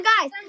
guys